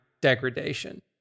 degradation